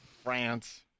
France